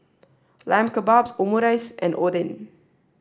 Lamb Kebabs Omurice and Oden